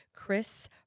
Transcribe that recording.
Chris